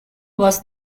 was